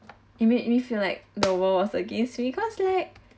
it made me feel like the world was against me because that